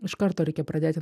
iš karto reikia pradėti